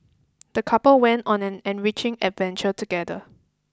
the couple went on an enriching adventure together